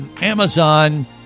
Amazon